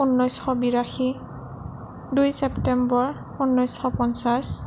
ঊনৈছশ বিৰাশী দুই ছেপ্তেম্বৰ ঊনৈছশ পঞ্চাছ